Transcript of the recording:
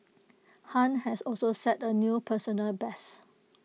han has also set A new personal best